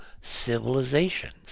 civilizations